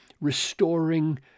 restoring